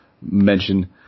mention